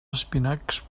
espinacs